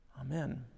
Amen